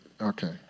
Okay